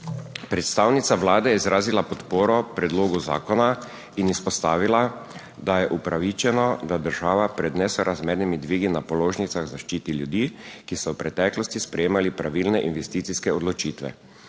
Predstavnica Vlade je izrazila podporo predlogu zakona in izpostavila, da je upravičeno, da država pred nesorazmernimi dvigi na položnicah zaščiti ljudi, ki so v preteklosti sprejemali pravilne investicijske odločitve.